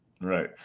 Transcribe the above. Right